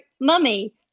mummy